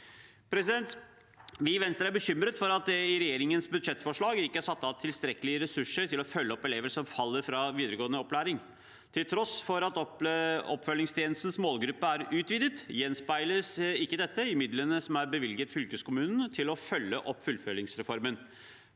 Vi i Venstre er bekymret for at det i regjeringens budsjettforslag ikke er satt av tilstrekkelige ressurser til å følge opp elever som faller fra i videregående opplæring. Til tross for at oppfølgingstjenestens målgruppe er utvidet, gjenspeiles ikke dette i midlene som er bevilget til fylkeskommunene for å følge opp fullføringsreformen.